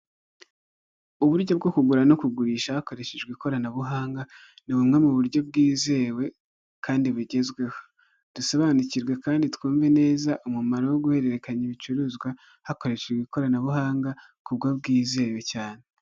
Uburyo bwo kugura no kugurisha hakoreshejwe ikoranabuhanga, ni bumwe mu buryo bwizewe kandi bigezweho, dusobanukirwe kandi twumve neza umumaro wo guhererekanya ibicuruzwa hakoreshejwe ikoranabuhanga ku buryo bwizewe cyane.